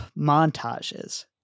montages